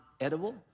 edible